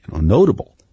Notable